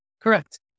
Correct